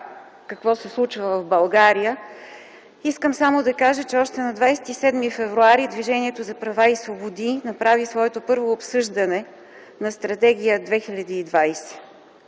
какво се случва в България, искам само да кажа, че още на 27 февруари Движението за права и свободи направи своето първо обсъждане на Стратегия 2020.